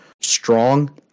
strong